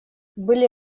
были